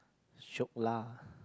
shiok lah